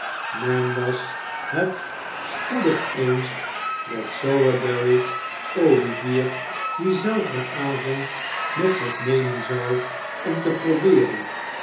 men was het spoedig eens dat sowerberry olivier dien zelfden avond met zich nemen zou om te probeeren